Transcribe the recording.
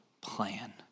plan